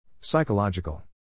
Psychological